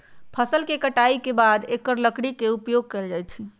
फ़सल के कटाई के बाद एकर लकड़ी के उपयोग कैल जाइ छइ